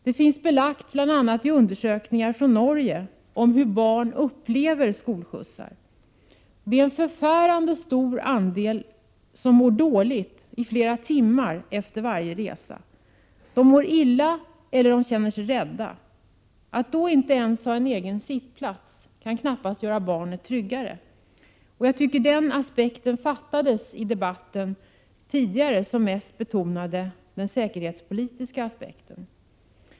Det finns belagt, bl.a. i undersökningar från Norge, hur barn upplever skolskjutsar. En förfärande stor andel mår dåligt i flera timmar efter varje resa. De mår illa eller känner sig rädda. Att då inte ens ha en egen sittplats kan knappast göra barnet tryggare. Jag tycker att denna aspekt fattas i den debatt som tidigare har förts, där säkerhetssynpunkten mest har betonats.